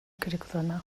kırıklığına